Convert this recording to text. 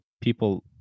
people